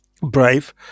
brave